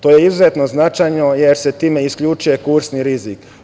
To je izuzetno značajno jer se time isključuje kursni rizik.